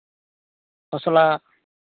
ᱠᱷᱚᱥᱞᱟ